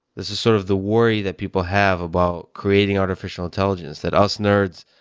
this is sort of the worry that people have about creating artificial intelligence that us, nerds,